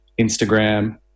Instagram